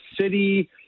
city